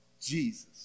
Jesus